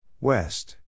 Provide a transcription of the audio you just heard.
West